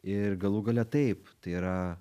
ir galų gale taip tai yra